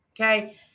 Okay